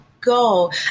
go